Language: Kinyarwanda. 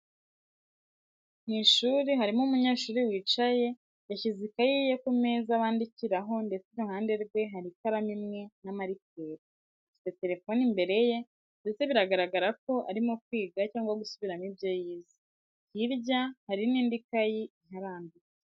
Mu ishuri harimo umunyeshuri wicaye yashyize ikayi ye ku meza bandikiraho ndetse iruhande rwe hari ikaramu imwe na marikeri. Afite telefone imbere ye ndetse biragaragara ko arimo kwiga cyangwa gusubiramo ibyo yize. Hirya hari n'indi kayi iharambitse.